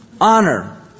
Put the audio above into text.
Honor